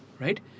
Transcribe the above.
Right